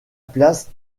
place